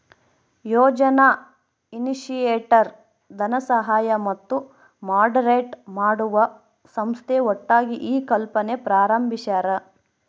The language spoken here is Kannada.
ಯೋಜನಾ ಇನಿಶಿಯೇಟರ್ ಧನಸಹಾಯ ಮತ್ತು ಮಾಡರೇಟ್ ಮಾಡುವ ಸಂಸ್ಥೆ ಒಟ್ಟಾಗಿ ಈ ಕಲ್ಪನೆ ಪ್ರಾರಂಬಿಸ್ಯರ